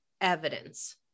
evidence